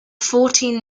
fourteen